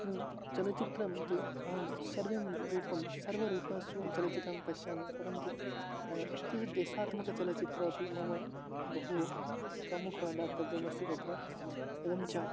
एवं चलचित्रं तु अहं सर्वें रूपं सर्व रूपेषु चलचित्रं पश्यामि परन्तु तिस् देशात्मकं चलचित्रम् अपि मम बहु प्रमुखं दातव्यम् अस्ति तत्र एवं च